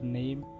name